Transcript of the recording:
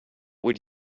would